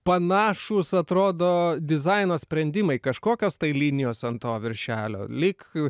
panašūs atrodo dizaino sprendimai kažkokios tai linijos ant to viršelio lyg